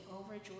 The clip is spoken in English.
overjoyed